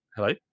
hello